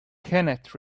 kenneth